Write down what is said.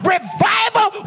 Revival